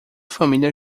família